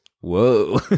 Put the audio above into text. whoa